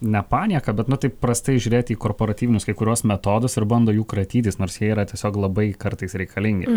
ne panieka bet nu taip prastai žiūrėti į korporatyvinius kai kuriuos metodus ir bando jų kratytis nors jie yra tiesiog labai kartais reikalingi